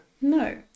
No